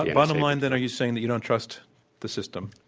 bottom line, then, are you saying that you don't trust the system?